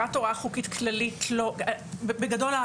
בגדול,